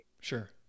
sure